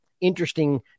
interesting